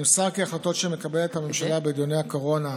נמסר כי החלטות שמקבלת הממשלה בדיוני הקורונה,